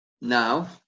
Now